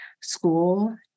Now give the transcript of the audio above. school